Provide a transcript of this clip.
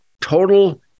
total